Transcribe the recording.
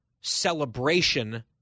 celebration